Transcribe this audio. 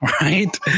right